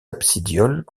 absidioles